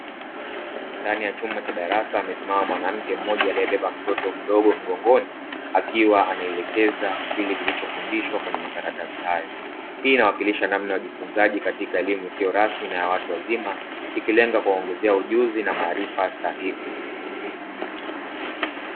Ndani ya chumba cha darasa amesimama mwanamke mmoja aliyebeba mtoto mdogo mgongoni akiwa anaelekeza kile kilichofundishwa kwenye makaratasi hayo, hii inawakilisha namna ya ujifunzaji wa elimu isiyo rasmi na ya watu wazima ikilenga kuwaongezea ujuzi na maarifa stahiki.